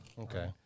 Okay